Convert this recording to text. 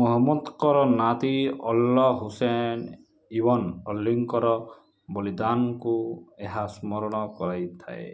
ମହମ୍ମଦଙ୍କର ନାତି ଅଲ ହୁସେନ ଇବନ ଅଲ୍ଲୀଙ୍କର ବଳିଦାନକୁ ଏହା ସ୍ମରଣ କରାଇଥାଏ